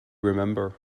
remember